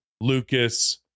lucas